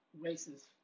racist